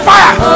Fire